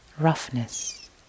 roughness